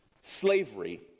slavery